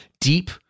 deep